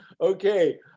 Okay